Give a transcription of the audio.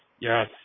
yes